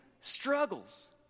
struggles